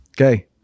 Okay